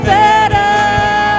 better